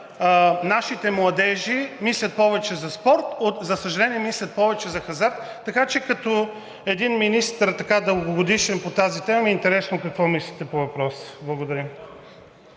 нашите младежи мислят повече за спорт. За съжаление, мислят повече за хазарт, така че като един дългогодишен министър, ми е интересно какво мислите по въпроса. Благодаря.